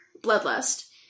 bloodlust